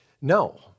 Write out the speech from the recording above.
No